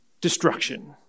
destruction